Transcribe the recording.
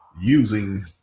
using